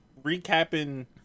recapping